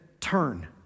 turn